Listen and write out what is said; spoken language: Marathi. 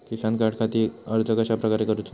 किसान कार्डखाती अर्ज कश्याप्रकारे करूचो?